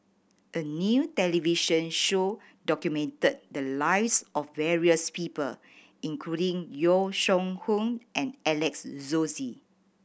a new television show documented the lives of various people including Yong Shu Hoong and Alex Josey